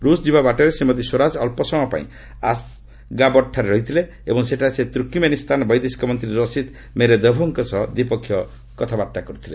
ରୁଷ ଯିବା ବାଟରେ ଶ୍ରୀମତୀ ସ୍ୱରାଜ ଅଞ୍ଚ ସମୟ ପାଇଁ ଅସ୍ଗାବଟ୍ଠାରେ ରହିଥିଲେ ଏବଂ ସେଠାରେ ସେ ତୁର୍କମେନିସ୍ତାନ ବୈଦେଶିକ ମନ୍ତ୍ରୀ ରସିଦ୍ ମେରେଦୋଭ୍ଙ୍କ ସହ ଦ୍ୱିପକ୍ଷିୟ କଥାବାର୍ତ୍ତା କରିଥିଲେ